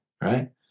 right